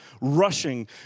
rushing